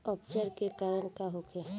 अपच के कारण का होखे?